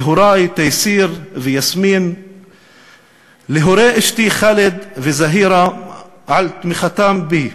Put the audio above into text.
להורי תייסיר ויסמין ולהורי אשתי ח'אלד וזהירה על תמיכתם בי.